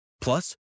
Plus